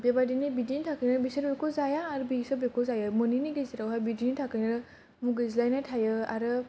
बेबादिनो बिदिनि थाखायनो बिसोरो बेखौ जाया आरो बिसोरो बिखौ जायो मोननैनि गेजेराव हाय बिदिनि थाखायनो मुगैज्लायनाय थायो आरो